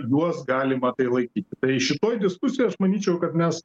juos galima tai laikyti tai šitoj diskusijoj aš manyčiau kad mes